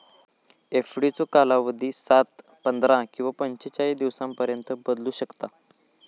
एफडीचो कालावधी सात, पंधरा किंवा पंचेचाळीस दिवसांपर्यंत बदलू शकता